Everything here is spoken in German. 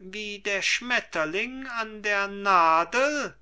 wie der schmetterling an der nadel